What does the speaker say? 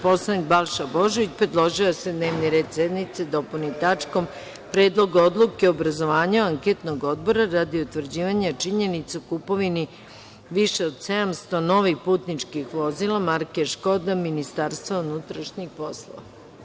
Poslanik Balša Božović, predložio je da se dnevni red sednice dopuni tačkom – Predlog odluke o obrazovanju anketnog odbora radi utvrđivanja činjenica o kupovini više od 700 novih putničkih vozila, marke „Škoda“ Ministarstvo unutrašnjih poslova.